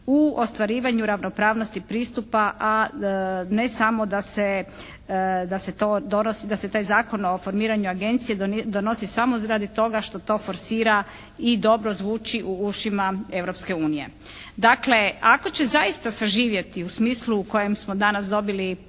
u ostvarivanju ravnopravnosti pristupa a ne samo da se, da se to, da se taj Zakon o formiranju agencije donosi samo radi toga što to forsira i dobro zvuči u ušima Europske unije. Dakle ako će zaista saživjeti u smislu u kojem smo danas dobili putem